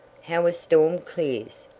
how a storm clears?